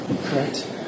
Correct